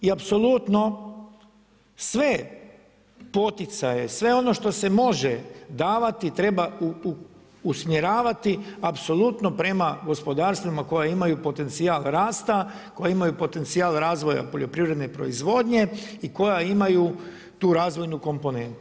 I apsolutno sve poticaje, sve ono što se može davati treba usmjeravati apsolutno prema gospodarstvima koje imaju potencijal rasta, koje imaju potencija razvoja poljoprivredne proizvodnje i koja imaju tu razvojnu komponentu.